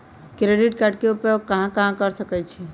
Credit card के उपयोग कहां कहां कर सकईछी?